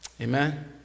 Amen